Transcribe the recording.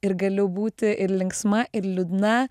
ir galiu būti ir linksma ir liūdna